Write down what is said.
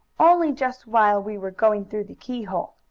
only just while we were going through the keyhole.